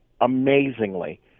amazingly